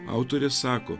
autorė sako